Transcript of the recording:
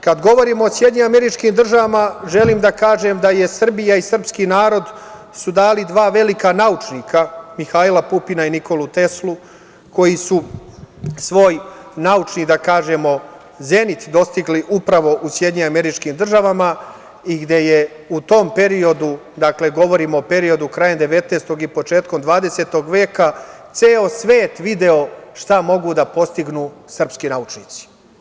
Kad govorim o SAD, želim da kažem da su Srbija i srpski narod dali dva velika naučnika, Mihajla Pupina i Nikolu Teslu, koji su svoj naučni zenit dostigli upravo u SAD i gde je u tom periodu, govorim o periodu krajem 19. i početkom 20. veka, ceo svet video šta mogu da postignu srpski naučnici.